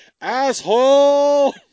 Asshole